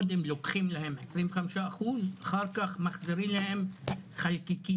קודם לוקחים להם 25% אחר כך מחזירים להם חלקיקים.